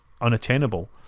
unattainable